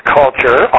culture